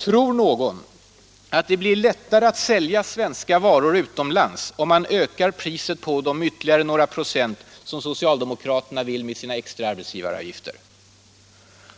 Tror någon att det blir lättare att sälja svenska varor utomlands om man ökar priset på dem med ytterligare några procent, som socialdemokraterna vill med sina extra arbetsgivaravgifter?